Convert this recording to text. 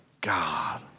God